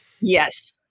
Yes